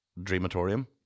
dreamatorium